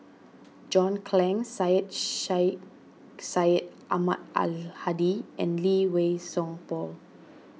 John Clang Syed Sheikh Syed Ahmad Al Hadi and Lee Wei Song Paul